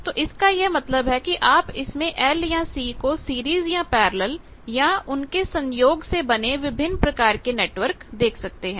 तो इसका यह मतलब है कि आप इसमें L या C को सीरीज या पैरेलल या उनके संयोग से बने विभिन्न प्रकार के नेटवर्क देख सकते हैं